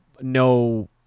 no